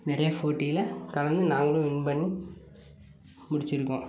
நிறைய போட்டியில கலந்து நாங்களும் வின் பண்ணி முடிச்சியிருக்கோம்